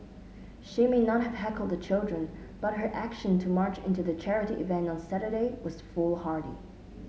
she may not have heckled the children but her action to march into the charity event on Saturday was foolhardy